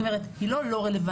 זאת אומרת היא לא לא-רלוונטית,